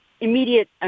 immediate